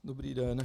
Dobrý den.